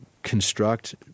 construct